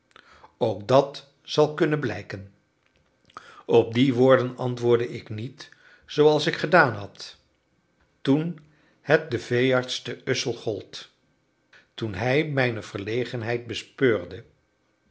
ook dat zal kunnen blijken op die woorden antwoordde ik niet zooals ik gedaan had toen het den veearts te ussel gold toen hij mijne verlegenheid bespeurde